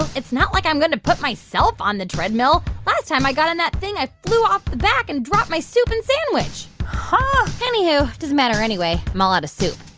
it's not like i'm going to put myself on the treadmill. last time i got on that thing, i flew off the back and dropped my soup and sandwich huh? anywho, it doesn't matter anyway. i'm all out of soup.